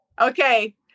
Okay